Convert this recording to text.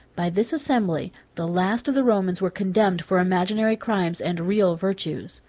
by this assembly, the last of the romans were condemned for imaginary crimes and real virtues.